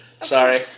Sorry